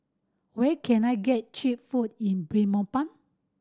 where can I get cheap food in Belmopan